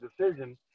decision